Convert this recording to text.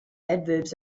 adverbs